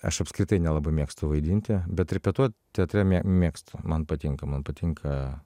aš apskritai nelabai mėgstu vaidinti bet repetuot teatre mė mėgstu man patinka man patinka